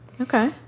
Okay